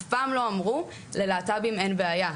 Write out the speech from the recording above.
אף פעם לא אמרו ללהט"בים אין בעיה,